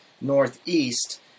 northeast